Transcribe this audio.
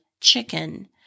chicken